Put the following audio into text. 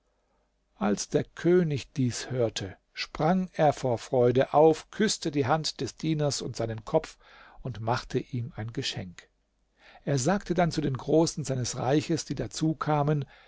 als der könig dies hörte sprang er vor freude auf küßte die hand des dieners und seinen kopf und machte ihm ein geschenk er sagte dann zu den großen seines reiches die dazukamen